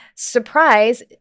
Surprise